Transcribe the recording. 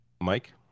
Mike